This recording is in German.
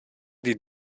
die